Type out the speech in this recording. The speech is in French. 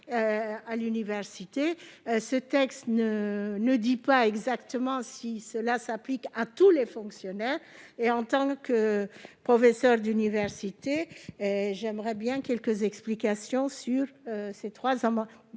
à l'université. Ce texte ne dit pas exactement s'il s'applique à tous les fonctionnaires et, en tant que professeure d'université, j'aimerais bien quelques explications sur ces trois amendements.